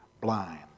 blind